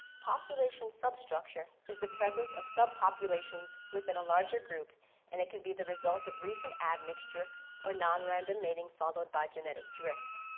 population substructure is the presence of subpopulations within a larger group and it can be a result of recent add mixture or non randomating followed by genetic drift.